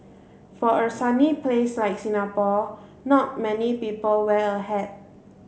for a sunny place like Singapore not many people wear a hat